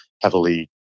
heavily